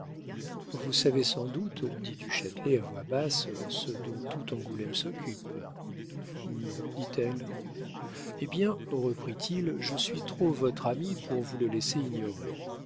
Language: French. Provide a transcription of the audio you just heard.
vous savez sans doute dit du châtelet à voix basse ce dont tout angoulême s'occupe non dit-elle eh bien reprit-il je suis trop votre ami pour vous le laisser ignorer